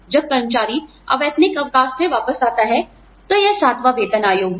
जब कर्मचारी अवैतनिक अवकाश से वापस आता है तो यह सातवां वेतन आयोग है